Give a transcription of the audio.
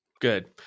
Good